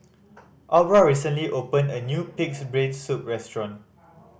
Aubra recently opened a new Pig's Brain Soup restaurant